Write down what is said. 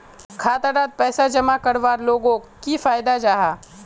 खाता डात पैसा जमा करवार लोगोक की फायदा जाहा?